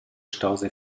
stausee